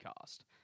cost